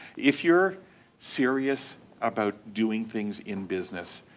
if you're serious about doing things in business,